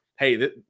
Hey